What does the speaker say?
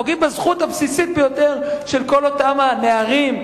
פוגעים בזכות הבסיסית ביותר של כל אותם הנערים,